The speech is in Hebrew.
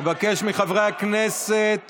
אני מבקש מחברי הכנסת